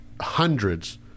hundreds